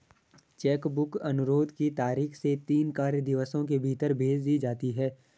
check book अनुरोध की तारीख से तीन कार्य दिवसों के भीतर भेज दी जाती है